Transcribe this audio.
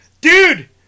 Dude